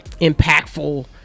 impactful